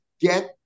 get